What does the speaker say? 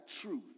truth